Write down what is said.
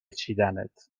چیدنت